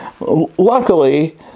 Luckily